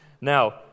Now